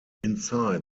inside